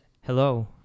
hello